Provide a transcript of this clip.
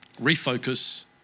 refocus